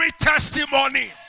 testimony